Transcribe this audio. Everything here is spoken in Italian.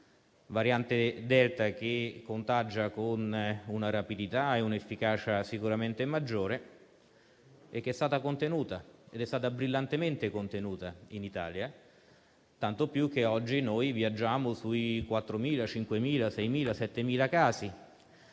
variante delta che contagia con una rapidità e un'efficacia sicuramente maggiori e che è stata contenuta - direi brillantemente - in Italia, tanto che oggi viaggiamo sui 4.000-5.000-6.000-7.000 casi,